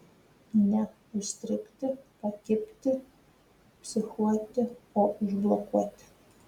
ne užstrigti pakibti psichuoti o užblokuoti